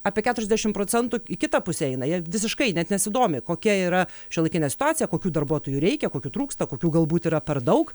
apie keturiasdešim procentų į kitą pusę eina jie visiškai net nesidomi kokia yra šiuolaikinė situacija kokių darbuotojų reikia kokių trūksta kokių galbūt yra per daug